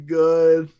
good